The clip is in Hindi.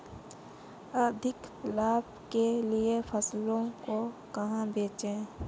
अधिक लाभ के लिए फसलों को कहाँ बेचें?